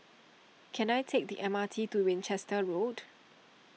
can I take the M R T to Winchester Road